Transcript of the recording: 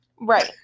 Right